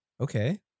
okay